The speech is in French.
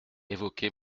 évoquer